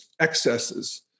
excesses